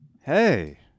Hey